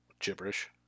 Gibberish